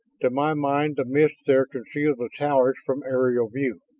to my mind the mists there conceal the towers from aerial view.